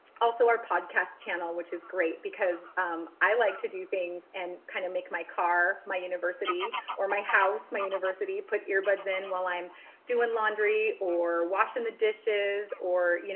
also our podcast channel, which is great because i like to do things and kind of make my car, my university university or my house, my university put earbuds in while i'm doing laundry or washing the dishes or, you